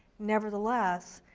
nevertheless,